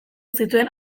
zituen